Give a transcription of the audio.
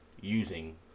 using